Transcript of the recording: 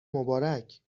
مبارک